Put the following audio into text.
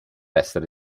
essere